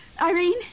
Irene